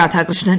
Radhakrishnan